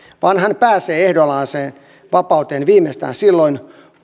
vaan hän pääsee ehdonalaiseen vapauteen viimeistään silloin